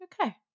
Okay